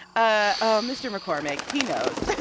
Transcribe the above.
ah mr. mccormick. he knows like